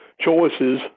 choices